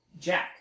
Jack